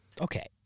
Okay